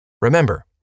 Remember